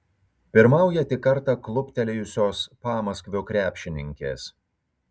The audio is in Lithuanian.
pirmauja tik kartą kluptelėjusios pamaskvio krepšininkės